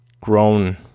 grown